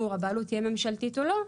הבעלות תהיה ממשלתית או לא,